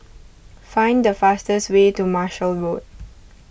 find the fastest way to Marshall Road